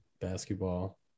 basketball